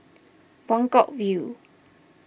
Buangkok View